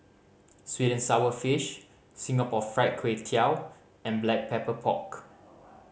sweet and sour fish Singapore Fried Kway Tiao and Black Pepper Pork